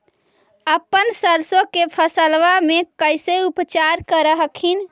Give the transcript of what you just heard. अपन सरसो के फसल्बा मे कैसे उपचार कर हखिन?